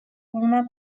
una